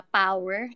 power